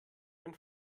ein